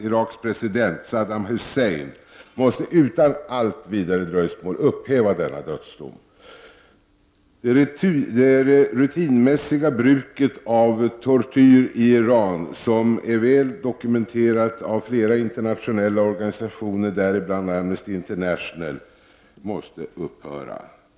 Iraks president Saddam Hussein måste utan allt vidare dröjsmål upphäva denna dödsdom. Det rutinmässiga bruket av tortyr i Iran, som är väl dokumenterat av flera internationella organisationer däribland Amnesty International, måste upphöra.